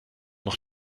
noch